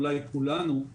אולי כולנו,